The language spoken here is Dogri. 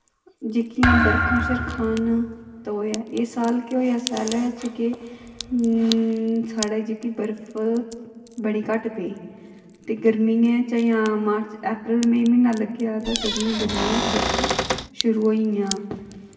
जेह्कियां बरखां शरखां न ते होया इस साल केह् होया स्याले च के साढ़ै जेह्की बर्फ बड़ी घट्ट पेई ते गर्मियें च यां मार्च अप्रैल मई म्हीना लग्गेया ते तदूं ही गर्मियें च बरखा शुरू होई गेइयां